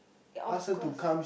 of course